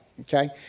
okay